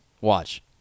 Watch